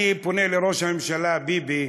אני פונה לראש הממשלה ביבי: